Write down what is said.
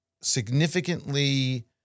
significantly